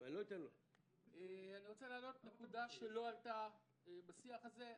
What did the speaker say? אני רוצה להעלות נקודה שלא עלתה בשיח הזה.